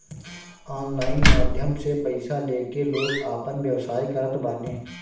online माध्यम से पईसा लेके लोग आपन व्यवसाय करत बाने